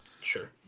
Sure